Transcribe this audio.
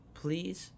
please